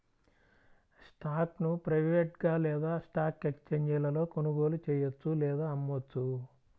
స్టాక్ను ప్రైవేట్గా లేదా స్టాక్ ఎక్స్ఛేంజీలలో కొనుగోలు చెయ్యొచ్చు లేదా అమ్మొచ్చు